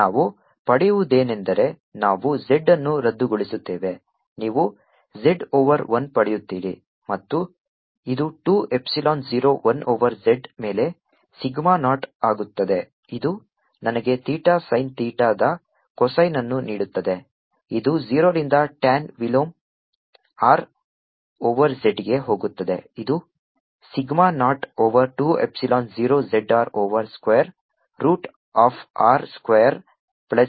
F14π0qz0R2π0drz2r2320z200Rdrz2r232 Let rztan θ F0z200tan 1Rzzsec2θdθz3sec3 ನಾವು ಪಡೆಯುವುದೇನೆಂದರೆ ನಾವು z ಅನ್ನು ರದ್ದುಗೊಳಿಸುತ್ತೇವೆ ನೀವು z ಓವರ್ 1 ಪಡೆಯುತ್ತೀರಿ ಮತ್ತು ಇದು 2 ಎಪ್ಸಿಲಾನ್ 0 1 ಓವರ್ z ಮೇಲೆ ಸಿಗ್ಮಾ ನಾಟ್ ಆಗುತ್ತದೆ ಇದು ನನಗೆ ಥೀಟಾ sin ಥೀಟಾದ cosine ಅನ್ನು ನೀಡುತ್ತದೆ ಇದು 0 ರಿಂದ tan ವಿಲೋಮ R ಓವರ್ z ಗೆ ಹೋಗುತ್ತದೆ ಇದು sigma naught over 2 epsilon 0 z R over square root of R square plus z ಪ್ಲಸ್ಗೆ ಸಮಾನವಾಗಿರುತ್ತದೆ